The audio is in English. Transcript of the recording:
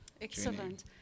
Excellent